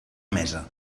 mesa